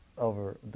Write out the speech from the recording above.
over